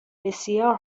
بسیار